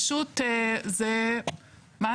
לימור סון הר מלך (עוצמה יהודית): אתם